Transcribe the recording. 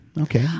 Okay